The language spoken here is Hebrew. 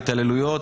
ההתעללויות,